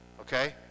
Okay